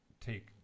take